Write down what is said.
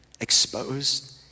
exposed